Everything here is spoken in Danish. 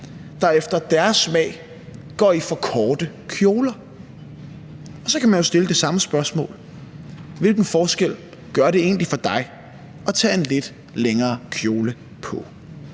der efter deres mening går i for korte kjoler. Og så kan man jo stille det samme spørgsmål: Hvilken forskel gør det egentlig for dig at tage en lidt længere kjole på?